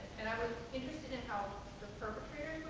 and i was interested in how the